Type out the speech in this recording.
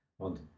On